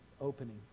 opening